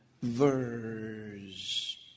verse